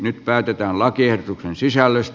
nyt päätetään lakiehdotuksen sisällöstä